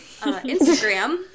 instagram